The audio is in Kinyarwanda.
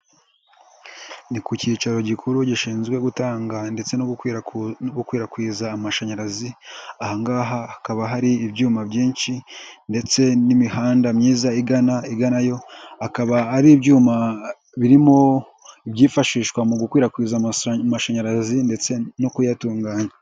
Ndi ku cyicaro gikuru gishinzwe gutanga ndetse no gukwirakwiza amashanyarazi, ahangaha hakaba hari ibyuma byinshi ndetse n'imihanda myiza igana iganayo, akaba ari ibyuma birimo ibyifashishwa mu gukwirakwiza amashanyarazi ndetse no kuyatunganya.